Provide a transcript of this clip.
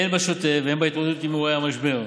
הן בשוטף והן בהתמודדות עם אירועי המשבר,